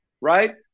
right